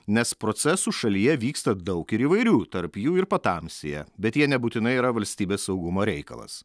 nes procesų šalyje vyksta daug ir įvairių tarp jų ir patamsyje bet jie nebūtinai yra valstybės saugumo reikalas